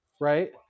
right